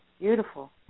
Beautiful